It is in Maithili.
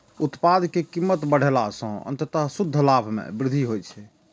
उत्पाद के कीमत बढ़ेला सं अंततः शुद्ध लाभ मे वृद्धि होइ छै